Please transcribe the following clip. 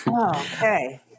Okay